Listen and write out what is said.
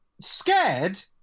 scared